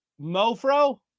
Mofro